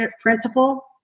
principle